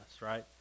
right